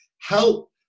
help